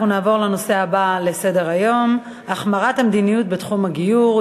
אנחנו נעבור לנושא הבא: החמרת המדיניות בתחום הגיור,